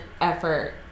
effort